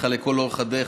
איתך לכל אורך הדרך.